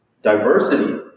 Diversity